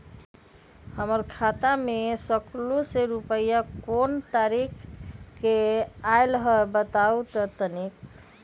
हमर खाता में सकलू से रूपया कोन तारीक के अलऊह बताहु त तनिक?